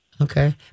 Okay